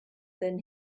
then